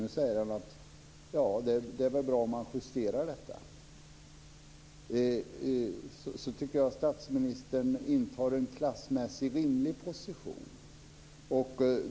Nu säger han att det väl är bra om man justerar detta. Jag tycker att statsministern intar en klassmässigt rimlig position.